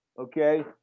okay